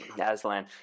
Aslan